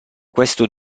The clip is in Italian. questo